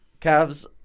Cavs